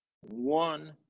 One